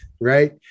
right